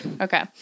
Okay